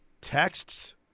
Texts